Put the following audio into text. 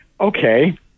okay